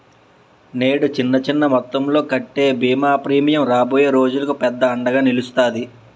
నేడు చిన్న చిన్న మొత్తంలో కట్టే బీమా ప్రీమియం రాబోయే రోజులకు పెద్ద అండగా నిలుస్తాది